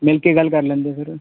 ਮਿਲ ਕੇ ਗੱਲ ਕਰ ਲੈਂਦੇ ਸਰ